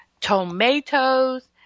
Tomatoes